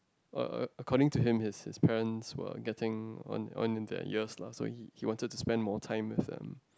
were according to him his his parents were getting on on in their years lah so he he wanted to spend more time with them